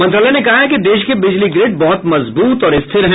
मंत्रालय ने कहा है कि देश के बिजली ग्रिड बहुत मजबूत और स्थिर हैं